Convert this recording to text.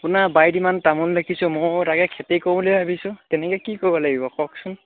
আপোনাৰ বাৰীত ইমান তামোল দেখিছো মোৰ তাকে খেতি কৰো বুলি ভাবিছোঁ কেনেকৈ কি কৰিব লাগিব কওকচোন